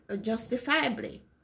justifiably